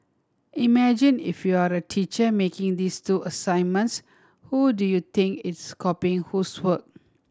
imagine if you are the teacher marking these two assignments who do you think is copying whose work